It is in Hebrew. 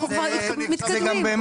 אנחנו מתקדמים.